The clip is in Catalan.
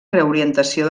reorientació